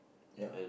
ya